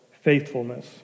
faithfulness